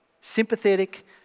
Sympathetic